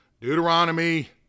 Deuteronomy